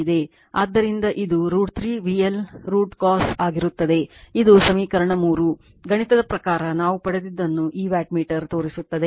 ಆದ್ದರಿಂದ ಇದು √ 3 VL √ cos ಆಗಿರುತ್ತದೆ ಇದು ಸಮೀಕರಣ 3 ಗಣಿತದ ಪ್ರಕಾರ ನಾವು ಪಡೆದಿದ್ದನ್ನು ಈ ವ್ಯಾಟ್ಮೀಟರ್ ತೋರಿಸುತ್ತದೆ